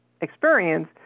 experience